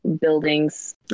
buildings